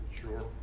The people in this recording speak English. Sure